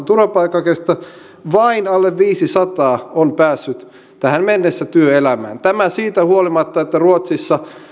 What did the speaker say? turvapaikanhakijastaan vain alle viisisataa on päässyt tähän mennessä työelämään tämä siitä huolimatta että ruotsissa